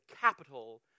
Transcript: capital